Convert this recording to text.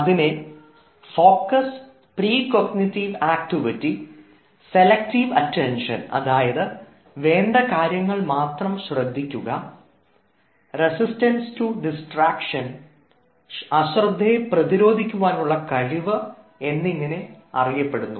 അതിനെ focus pre cognitive activity selective attention അതായത് വേണ്ട കാര്യങ്ങൾ മാത്രം ശ്രദ്ധിക്കുക റെസിസ്റ്റൻസ് റ്റു ഡിസ്ട്രാക്ഷൻ അശ്രദ്ധയെ പ്രതിരോധിക്കുവാനുള്ള കഴിവ് എന്നിങ്ങനെ അറിയപ്പെടുന്നു